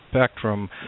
spectrum